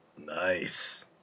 Nice